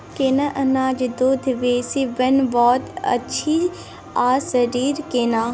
केना अनाज दूध बेसी बनबैत अछि आ शरीर केना?